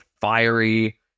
fiery